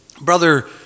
Brother